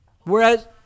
Whereas